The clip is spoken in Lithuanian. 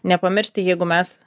nepamiršti jeigu mes